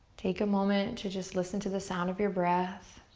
take a moment to just listen to the sound of your breath.